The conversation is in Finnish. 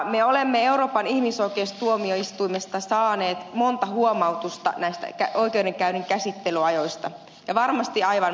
me olemme euroopan ihmisoikeustuomioistuimesta saaneet monta huomautusta näistä oikeudenkäynnin käsittelyajoista ja varmasti aivan aiheesta